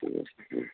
ঠিক আছে হুম